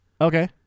Okay